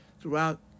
throughout